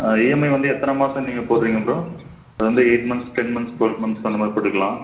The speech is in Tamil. ஆ இஎம்ஐ வந்து எத்தனை மாதம் நீங்கள் போடுறீங்க ப்ரோ அது வந்து eight months ten months twelve months அந்த மாதிரி போட்டுக்கலாம்